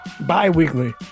bi-weekly